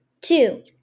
Two